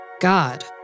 God